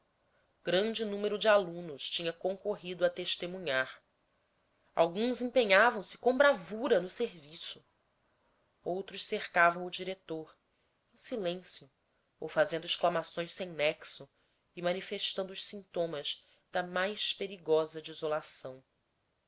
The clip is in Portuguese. grande número de alunos tinham concorrido a testemunhar alguns empenhavam se com bravura no serviço outros cercavam o diretor em silêncio ou fazendo exclamações sem nexo e manifestando os sintomas da mais perigosa desolação